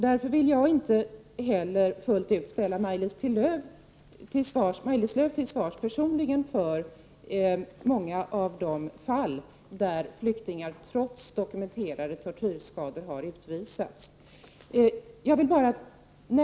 Därför vill jag inte heller ställa Maj-Lis Lööw personligen till svars fullt ut för många av de fall där flyktingar trots dokumenterade tortyrskador har utvisats.